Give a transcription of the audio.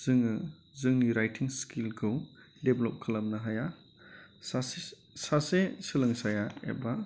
जोङो जोंनि राइटिं स्किलखौ देभेलप खालामनो हाया सासे सोलोंसाया एबा